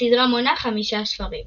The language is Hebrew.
הסדרה מונה חמישה ספרים